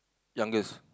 youngest